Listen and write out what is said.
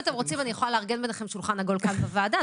אם אתם רוצים אני יכולה לארגן ביניכם שולחן עגול כאן בוועדה,